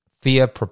Fear